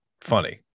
funny